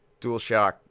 DualShock